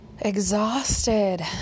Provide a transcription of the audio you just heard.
exhausted